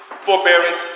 forbearance